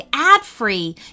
ad-free